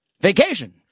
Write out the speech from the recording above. vacation